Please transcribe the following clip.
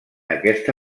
aquesta